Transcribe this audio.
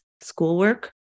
schoolwork